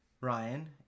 Ryan